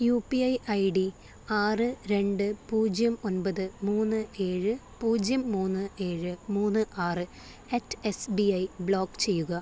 U P I I D ആറ് രണ്ട് പൂജ്യം ഒൻപത് മൂന്ന് ഏഴ് പൂജ്യം മൂന്ന് ഏഴ് മൂന്ന് ആറ് at S B I block ചെയ്യുക